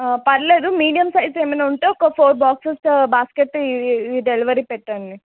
పర్లేదు medium size ఏమన్నా ఉంటే ఒక ఫోర్ బాక్సెస్ బాస్కెట్ ఇవి ఇవి డెలివరీ పెట్టండి